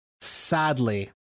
Sadly